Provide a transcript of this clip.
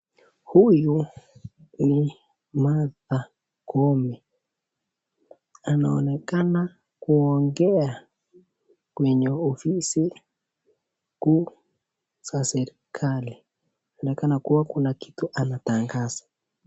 Huyu ni Martha koome anaonekana kuongea kwenye ofisi kuu za serekali, anaonekana kuw kuna kitu anatangaza.